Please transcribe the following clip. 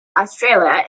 australia